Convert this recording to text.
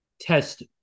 test